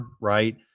right